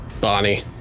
Bonnie